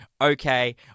okay